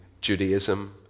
Judaism